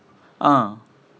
ah